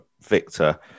victor